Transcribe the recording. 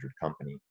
company